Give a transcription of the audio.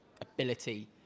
ability